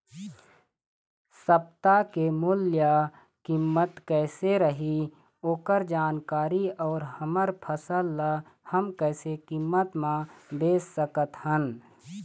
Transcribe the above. सप्ता के मूल्य कीमत कैसे रही ओकर जानकारी अऊ हमर फसल ला हम कैसे कीमत मा बेच सकत हन?